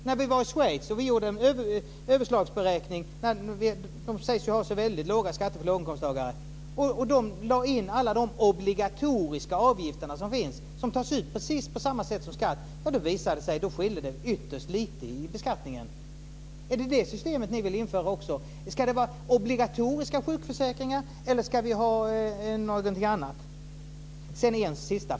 När vi var i Schweiz gjorde vi en överslagsberäkning - de sägs ju ha väldigt låga skatter för låginkomsttagare - men de lade in alla de obligatoriska avgifter som finns och som tas ut på precis samma sätt som skatt. Det visade sig att det skiljer ytterst lite i beskattningen. Är det ett sådant system som ni också vill införa? Ska det vara obligatoriska sjukförsäkringar eller ska vi ha någonting annat?